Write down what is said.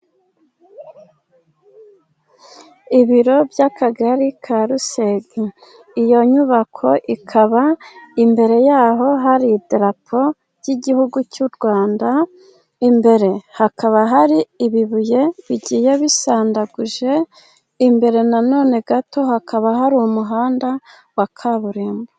Ibiro by'akagari ka Ruseshe, iyo nyubako ikaba imbere yaho hari idarapo ry'Igihugu cy'u Rwanda, imbere hakaba hari ibibuye bigiye bisandaguje, imbere nanone gato hakaba hari umuhanda wa kaburimbo.